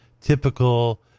typical